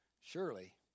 Surely